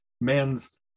man's